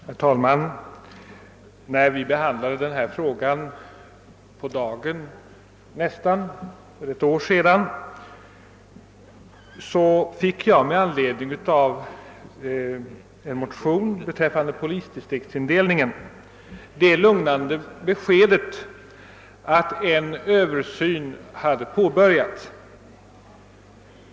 Herr talman! När vi behandlade denna fråga nästan på dagen för ett år sedan fick jag med anledning av en motion beträffande polisdistriktsindelning en det lugnande beskedet att en översyn hade påbörjats.